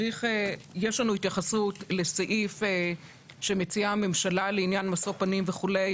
יש לנו התייחסות לסעיף שמציעה הממשלה לעניין משוא פנים וכו'.